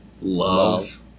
love